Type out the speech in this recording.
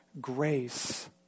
grace